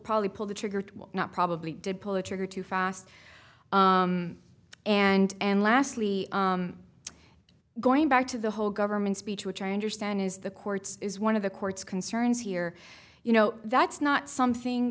probably pull the trigger not probably did pull the trigger too fast and and lastly going back to the whole government speech which i understand is the courts is one of the court's concerns here you know that's not something